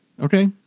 okay